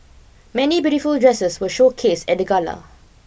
many beautiful dresses were showcase at the Gala